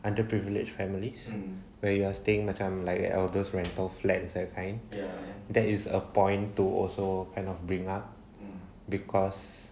underprivileged families where you are staying macam like all those rental flats that kind that is a point to also kind of bring up because